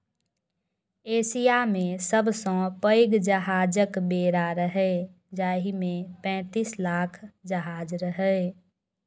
Asia मे सबसं पैघ जहाजक बेड़ा रहै, जाहि मे पैंतीस लाख जहाज रहै